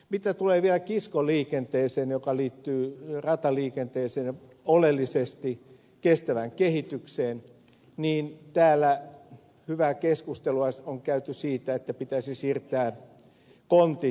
mitä tulee vielä kiskoliikenteeseen joka liittyy rataliikenteeseen ja oleellisesti kestävään kehitykseen täällä hyvää keskustelua on käyty siitä että pitäisi siirtää kontit kiskoille